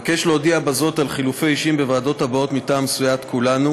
אבקש להודיע בזאת על חילופי אישים בוועדות הבאות מטעם סיעת כולנו,